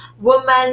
woman